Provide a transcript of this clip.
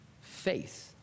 Faith